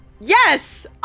yes